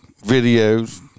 videos